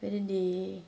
whether they